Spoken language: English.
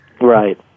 Right